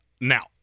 now